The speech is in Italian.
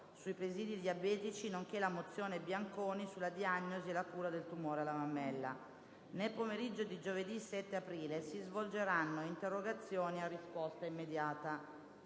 sui presidi diabetici, nonché la mozione Bianconi sulla diagnosi e la cura del tumore alla mammella. Nel pomeriggio di giovedì 7 aprile si svolgeranno interrogazioni a risposta immediata.